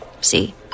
See